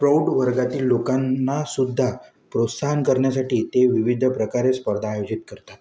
प्रौढ वर्गातील लोकांना सुद्धा प्रोत्साहन करण्यासाठी ते विविध प्रकारे स्पर्धा आयोजित करतात